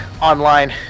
online